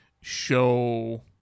show